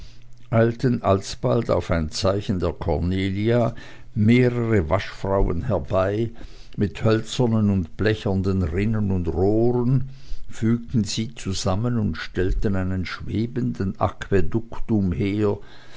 eilten alsbald auf ein zeichen der cornelia mehrere waschfrauen herbei mit hölzernen und blechernen rinnen und rohren fügten sie zusammen und stellten einen schwebenden aquäduktum her